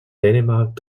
dänemark